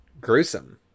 gruesome